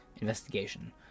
investigation